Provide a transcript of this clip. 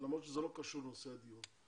למרות שזה לא קשור לנושא הדיון.